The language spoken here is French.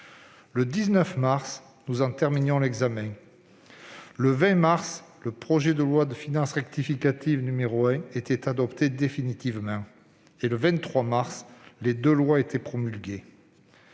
le 19 mars, nous en terminions l'examen ; le 20 mars, le premier projet de loi de finances rectificative était adopté définitivement et, le 23 mars, les deux lois étaient promulguées.